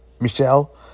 Michelle